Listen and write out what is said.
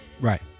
Right